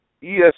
Yes